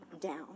down